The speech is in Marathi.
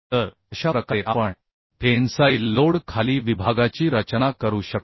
तर अशा प्रकारे आपण टेन्साईल लोड खाली विभागाची रचना करू शकतो